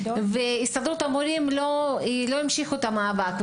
הסתדרות המורים לא המשיכו את המאבק.